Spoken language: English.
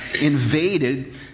invaded